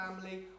family